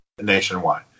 nationwide